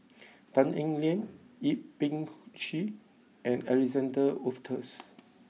Tan Eng Liang Yip Pin Xiu and Alexander Wolters